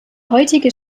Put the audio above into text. heutige